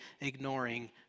ignoring